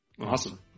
Awesome